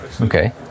Okay